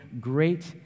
great